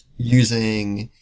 using